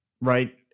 right